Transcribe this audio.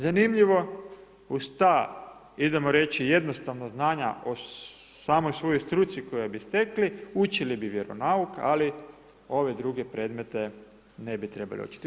Zanimljivo uz ta, idemo reći jednostavna znanja o samoj svojoj struci koju bi stekli učili bi vjeronauk ali ove druge predmete ne bi trebali ... I zbog čega?